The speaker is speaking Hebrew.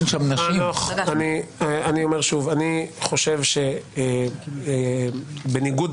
אני מאחלת ומקווה שגם אף אחד בשולחן הזה לא יצטרך